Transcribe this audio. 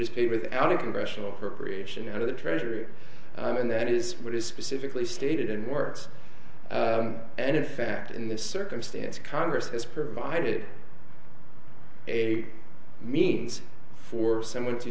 is paid without a congressional appropriations out of the treasury and that is what is specifically stated and works and in fact in this circumstance congress has provided a means for someone to